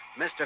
Mr